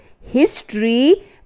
history